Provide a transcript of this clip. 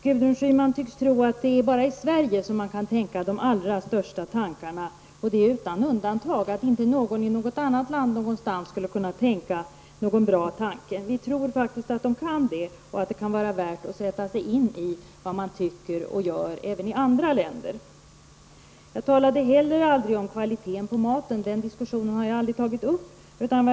Gudrun Schyman tycks tro att det bara är i Sverige som man kan tänka de allra största tankarna, och det utan undantag, och att inte någon någonstans i ett annat land skulle kunna tänka någon bra tanke. Vi moderater tror faktiskt att man kan det och att det kan vara värt att sätta sig in i vad man tycker och gör även i andra länder. Jag talade heller inte om kvaliteten på maten -- den diskussionen har jag aldrig tagit upp.